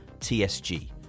TSG